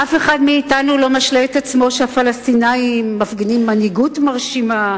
אף אחד מאתנו לא משלה את עצמו שהפלסטינים מפגינים מנהיגות מרשימה,